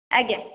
ଆଜ୍ଞା